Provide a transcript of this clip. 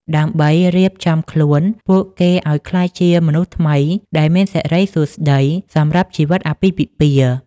ដើម្បីរៀបចំខ្លួនពួកគេឱ្យក្លាយជាមនុស្សថ្មីដែលមានសិរីសួស្តីសម្រាប់ជីវិតអាពាហ៍ពិពាហ៍។